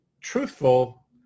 truthful